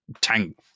tank